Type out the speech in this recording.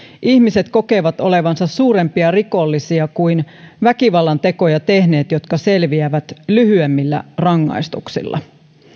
ihmiset kokevat olevansa suurempia rikollisia kuin väkivallantekoja tehneet jotka selviävät lyhyemmillä rangaistuksilla